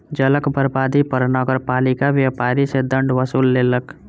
जलक बर्बादी पर नगरपालिका व्यापारी सॅ दंड वसूल केलक